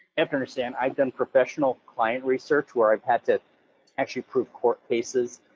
have to understand, i've done professional client research where i've had to actually prove court cases,